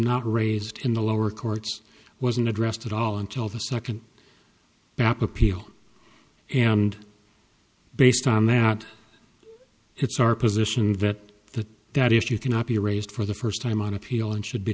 not raised in the lower courts wasn't addressed at all until the second back appeal and based on that it's our position that the that if you cannot be raised for the first time on appeal and should be